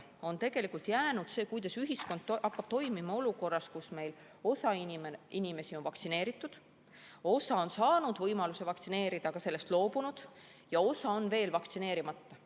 on jäänud see, kuidas ühiskond hakkab toimima olukorras, kus meil osa inimesi on vaktsineeritud, osa on saanud võimaluse vaktsineerida, aga sellest loobunud, ja osa on veel vaktsineerimata.